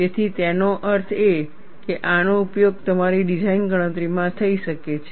તેથી તેનો અર્થ એ કે આનો ઉપયોગ તમારી ડિઝાઇન ગણતરીમાં થઈ શકે છે